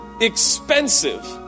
expensive